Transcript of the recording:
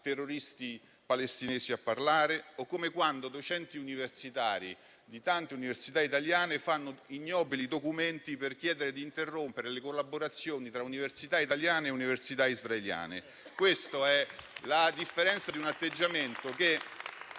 terroristi palestinesi a parlare o come quando docenti universitari di tante università italiane fanno ignobili documenti per chiedere di interrompere le collaborazioni tra università italiane e università israeliane.